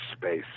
space